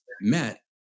met